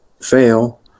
fail